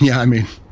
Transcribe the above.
yeah i mean,